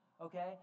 Okay